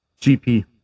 GP